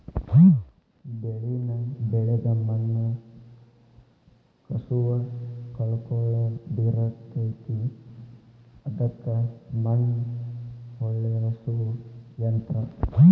ಬೆಳಿನ ಬೆಳದ ಮಣ್ಣ ಕಸುವ ಕಳಕೊಳಡಿರತತಿ ಅದಕ್ಕ ಮಣ್ಣ ಹೊಳ್ಳಸು ಯಂತ್ರ